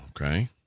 okay